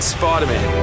Spider-Man